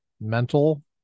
mental